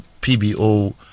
pbo